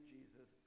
Jesus